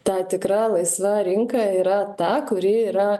ta tikra laisva rinka yra ta kuri yra